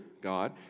God